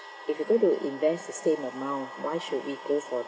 if you go to invest the same amount why should we go for